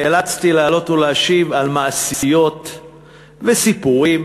נאלצתי לעלות ולהשיב על מעשיות ועל סיפורים